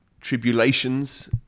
tribulations